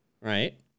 right